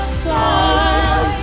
side